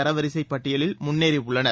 தர வரிசை பட்டியலில் முன்னேறியுள்ளனர்